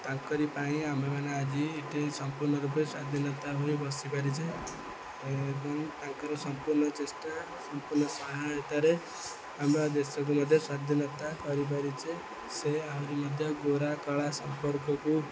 ତାଙ୍କରି ପାଇଁ ଆମ୍ଭେମାନେ ଆଜି ଏଠି ସମ୍ପୂର୍ଣ୍ଣ ରୂପେ ସ୍ଵାଧୀନତା ହୋଇ ବସିପାରିଛେ ଏବଂ ତାଙ୍କର ସମ୍ପୂର୍ଣ୍ଣ ଚେଷ୍ଟା ସମ୍ପୂର୍ଣ୍ଣ ସହାୟତାରେ ଆମ ଦେଶକୁ ମଧ୍ୟ ସ୍ଵାଧୀନତା କରିପାରିଛେ ସେ ଆହୁରି ମଧ୍ୟ ଗୋରା କଳା ସମ୍ପର୍କକୁ